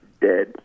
dead